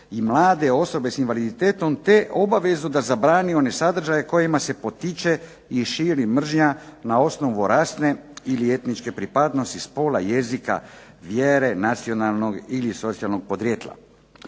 mlade osobe s invaliditetom te obavezu da zabrani one sadržaje kojima se potiče i širi mržnja na osnovu rasne ili etničke pripadnosti, spola, jezika, vjere, nacionalnog ili socijalnog podrijetla.